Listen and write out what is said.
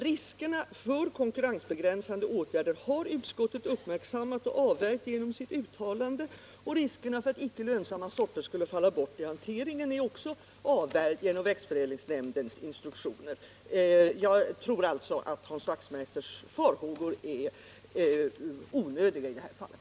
Riskerna för konkurrensbegränsande åtgärder har utskottet uppmärksammat och avvärjt genom sitt uttalande, och riskerna för att icke lönsamma sorter skulle falla bort i hanteringen är också avvärjda genom växtförädlingsnämndens instruktioner. Jag tror alltså att Hans Wachtmeisters farhågor är onödiga i det här fallet.